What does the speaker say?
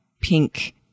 pink